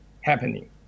happening